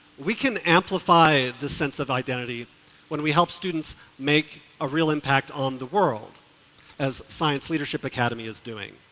we can amplify the sense of identity when we help students make a real impact on the world as science leadership academy is doing.